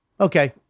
Okay